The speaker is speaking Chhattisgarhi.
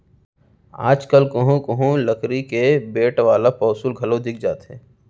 आज कल कोहूँ कोहूँ लकरी के बेंट वाला पौंसुल घलौ दिख जाथे